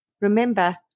Remember